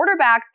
quarterbacks